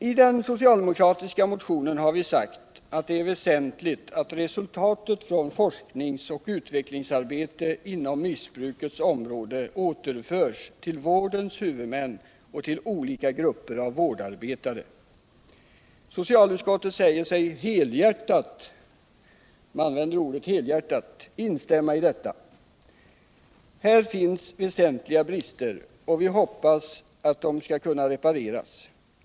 I den socialdemokratiska motionen har vi sagt att det är väsentligt att resultatet från forskningsoch utvecklingsarbetet inom missbrukets område återförs till vårdens huvudmän och till olika grupper av vårdarbetare. Socialutskottet säger sig helhjärtat — man använder ordet helhjärtat — instämma i detta. Här finns väsentliga brister — och vi hoppas att de kan repareras.